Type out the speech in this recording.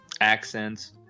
accents